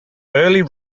early